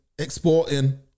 exporting